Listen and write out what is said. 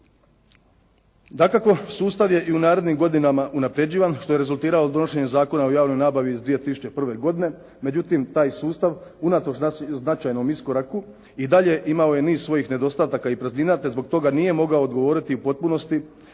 Dakako sustav je i narednim godinama unapređivan što je rezultiralo donošenje Zakona o javnoj nabavi izu 2001. godine, međutim taj sustav unatoč značajnom iskoraku i dalje imao je niz svojih nedostataka i praznina te zbog toga nije mogao odgovoriti u potpunosti